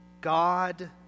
God